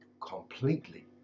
completely